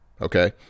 Okay